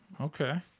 Okay